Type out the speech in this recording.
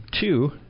Two